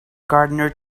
gardener